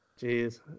Jeez